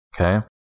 Okay